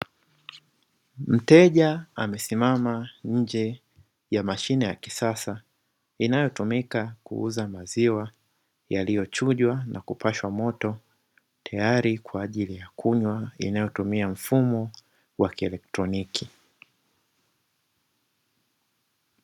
Mteja amesimama nje ya mashine ya kisasa inayotumika kuuza maziwa, yaliyochujwa na kupashwa moto tayari kwaajili ya kunywa inayotumia mfumo wa kielektroniki.